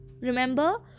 remember